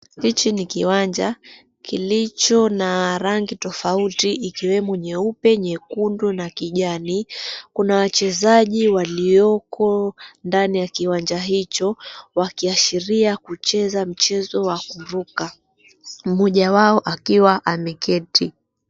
Hichi ni kiwanja kilicho na rangi tofauti ikiwemo nyeupe, nyekundu na kijani. Kuna wachezaji walioko ndani ya kiwanja hicho wakiashiria kucheza mchezo wa kuvuka. Mmoja wao akiwa ameketi.